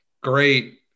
Great